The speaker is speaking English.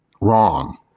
wrong